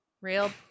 Real